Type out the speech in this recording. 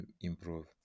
improve